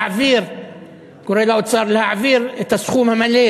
אני קורא לאוצר להעביר את הסכום המלא,